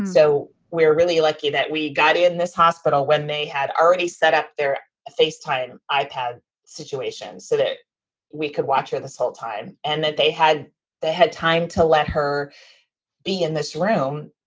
so we're really lucky that we got in this hospital when they had already set up their face time ipod situation so that we could watch her this whole time and that they had they had time to let her be in this room,